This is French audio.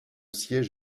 siège